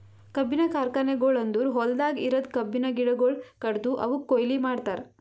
ಕಬ್ಬಿನ ಕಾರ್ಖಾನೆಗೊಳ್ ಅಂದುರ್ ಹೊಲ್ದಾಗ್ ಇರದ್ ಕಬ್ಬಿನ ಗಿಡಗೊಳ್ ಕಡ್ದು ಅವುಕ್ ಕೊಯ್ಲಿ ಮಾಡ್ತಾರ್